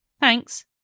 Thanks